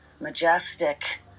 majestic